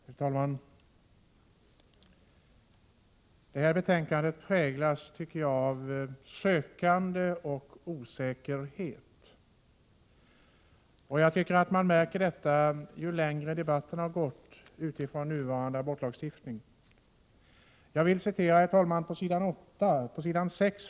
Herr talman! Detta betänkande präglas av sökande och osäkerhet. Jag tycker att man märker det mer ju längre debatten utifrån nuvarande abortlagstiftning har pågått. Jag vill citera ur betänkandet på s. 6.